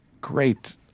great